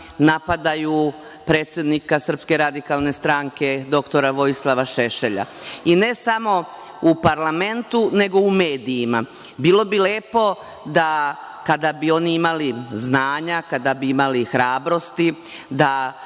napadaju predsednika Srpske radikalne stranke doktora Vojislava Šešelja i ne samo u parlamentu nego u medijima. Bilo bi lepo, da kada bi oni imali znanja, kada bi imali hrabrosti, da